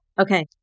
Okay